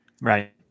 right